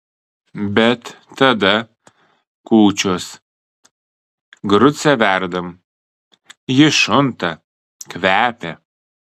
bet tada kūčios grucę verdam ji šunta kvepia